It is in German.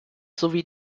sowie